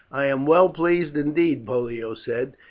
i am well pleased indeed, pollio said,